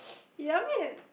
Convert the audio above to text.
ya I mean